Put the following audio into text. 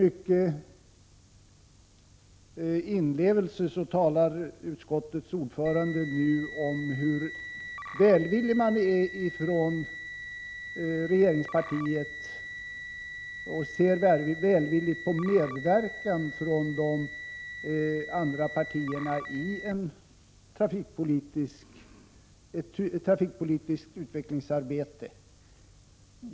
Med stor inlevelse talar nu utskottets ordförande om hur välvillig man är från regeringspartiets sida och hur välvilligt man ser på en medverkan från de andra partierna i ett trafikpolitiskt utvecklingsarbete.